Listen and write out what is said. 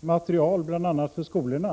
material bl.a. för skolorna.